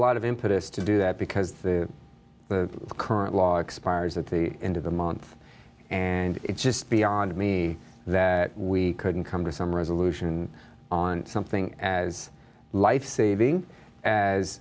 lot of impetus to do that because the current law expires at the end of the month and it's just beyond me that we couldn't come to some resolution on something as lifesaving as